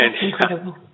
Incredible